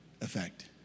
effect